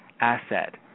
asset